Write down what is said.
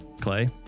Clay